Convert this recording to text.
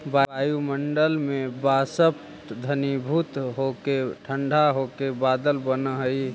वायुमण्डल में वाष्प घनीभूत होके ठण्ढा होके बादल बनऽ हई